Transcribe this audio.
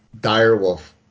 Direwolf